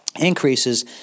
increases